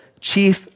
chief